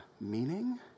meaning